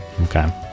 Okay